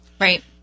Right